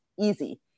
easy